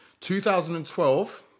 2012